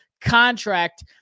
contract